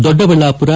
Doddaballapura